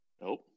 Nope